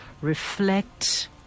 reflect